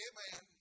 Amen